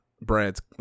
Brad's